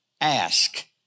ask